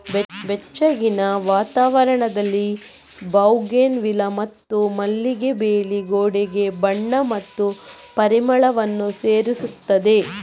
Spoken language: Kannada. ಬೆಚ್ಚಗಿನ ವಾತಾವರಣದಲ್ಲಿ ಬೌಗೆನ್ವಿಲ್ಲಾ ಮತ್ತು ಮಲ್ಲಿಗೆ ಬೇಲಿ ಗೋಡೆಗೆ ಬಣ್ಣ ಮತ್ತು ಪರಿಮಳವನ್ನು ಸೇರಿಸುತ್ತದೆ